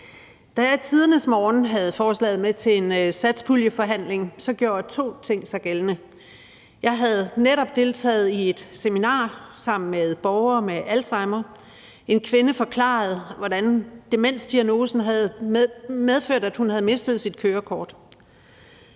Da jeg i tidernes morgen havde forslaget med til en satspuljeforhandling, gjorde to ting sig gældende: Jeg havde netop deltaget i et seminar sammen med borgere med alzheimer, og en kvinde forklarede, hvordan demensdiagnosen havde medført, at hun havde mistet sit kørekort.